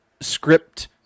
script